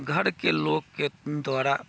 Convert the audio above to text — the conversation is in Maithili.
घरके लोकके द्वारा